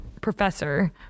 professor